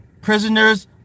prisoners